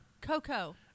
Coco